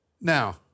Now